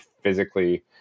physically